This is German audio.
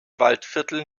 waldviertel